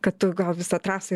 kad tu gal visą trasą